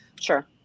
Sure